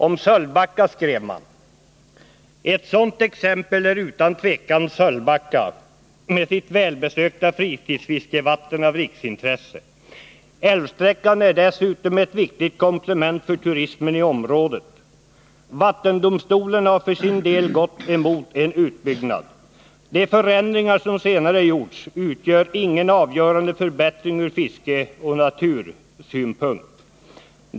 Om Sölvbacka skrev man: ”Ett sådant exempel är utan tvekan Sölvbacka med sitt välbesökta fritidsfiskevatten av riksintresse. Älvsträckan är dessutom ett viktigt komplement för turismen i området. Vattendomstolen har för sin del gått emot en utbyggnad. De förändringar som senare gjorts utgör ingen avgörande förbättring ur fiskeoch natursynpunkt.